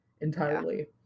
entirely